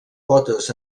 potes